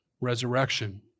resurrection